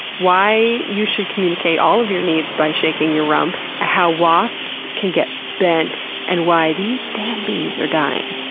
why you should communicate all of your needs by shaking your rump, how wasps can get bent, and why these damn bees are dying,